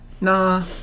Nah